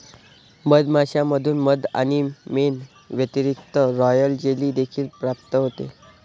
मधमाश्यांमधून मध आणि मेण व्यतिरिक्त, रॉयल जेली देखील प्राप्त होते